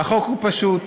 החוק הוא פשוט.